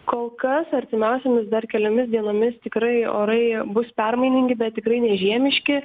kol kas artimiausiomis dar keliomis dienomis tikrai orai bus permainingi bet tikrai ne žiemiški